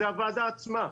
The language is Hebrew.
זאת הוועדה עצמה.